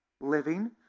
living